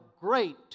great